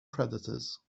predators